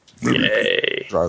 yay